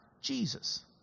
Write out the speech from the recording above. Jesus